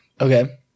Okay